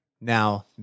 Now